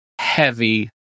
Heavy